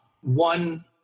One